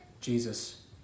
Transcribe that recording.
Jesus